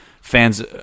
fans